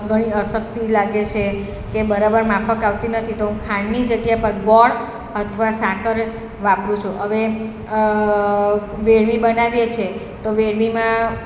ઘણી અશક્તિ લાગે છે કે બરાબર માફક આવતી નથી તો હું ખાંડની જગ્યા પર ગોળ અથવા સાકર વાપરું છું હવે વેડમી બનાવીએ છે વેડમીમાં